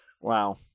wow